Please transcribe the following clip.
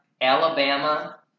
Alabama